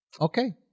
okay